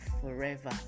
forever